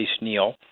Neil